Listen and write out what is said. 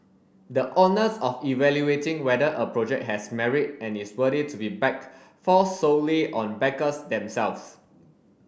the onus of evaluating whether a project has merit and is worthy to be backed falls solely on backers themselves